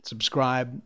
Subscribe